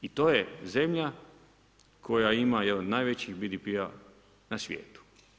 I to je zemlja, koja ima jedan od najvećih BDP-a na svijetu.